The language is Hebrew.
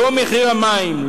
לא מחיר המים,